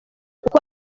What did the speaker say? kuko